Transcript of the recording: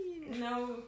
No